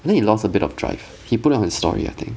I think he lost a bit of drive he put it on his story I think